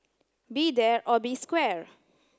be there or be square